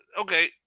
Okay